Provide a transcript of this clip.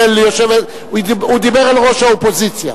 הוא דיבר אל ראש האופוזיציה.